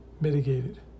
mitigated